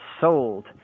sold